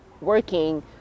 working